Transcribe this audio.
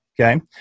Okay